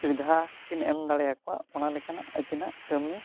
ᱥᱩᱵᱤᱫᱷᱟᱠᱤᱱ ᱮᱢ ᱫᱟᱲᱮᱭᱟᱠᱚᱣᱟ ᱚᱱᱟ ᱞᱮᱠᱟᱱᱟᱜ ᱟᱹᱠᱤᱱᱟᱜ ᱠᱟᱹᱢᱤ